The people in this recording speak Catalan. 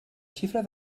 xifra